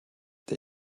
der